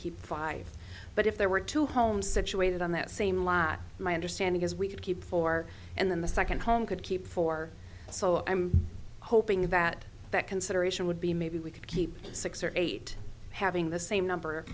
keep five but if there were two homes situated on that same lot my understanding is we could keep four and then the second home could keep four so i'm hoping that that consideration would be maybe we could keep six or eight having the same number